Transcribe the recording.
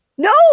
No